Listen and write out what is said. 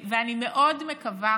ואני מאוד מקווה